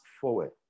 forward